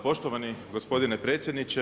Poštovani gospodine predsjedniče.